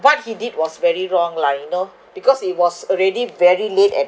what he did was very wrong lah you know because it was already very late at